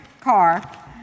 car